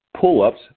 pull-ups